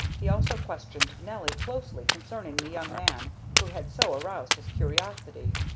he also questioned nelly closely concerning the young man who had so aroused his curiosity,